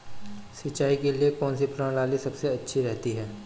सिंचाई के लिए कौनसी प्रणाली सबसे अच्छी रहती है?